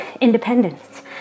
independence